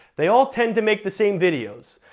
they all tend to make the same videos.